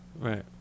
Right